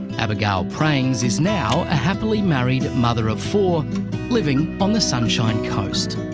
abigail prangs is now a happily married mother of four living on the sunshine coast.